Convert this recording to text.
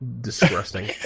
disgusting